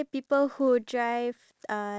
I told you already